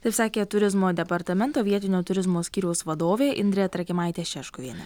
taip sakė turizmo departamento vietinio turizmo skyriaus vadovė indrė trakimaitė šeškuvienė